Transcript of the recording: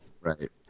right